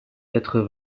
quatre